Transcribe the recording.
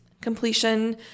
completion